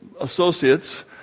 associates